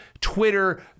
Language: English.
Twitter